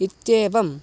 इत्येवम्